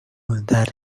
that